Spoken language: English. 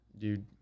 Dude